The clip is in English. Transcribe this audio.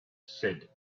said